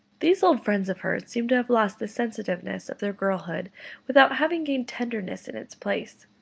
these old friends of hers seemed to have lost the sensitiveness of their girlhood without having gained tenderness in its place.